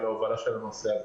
על ההובלה של הנושא הזה.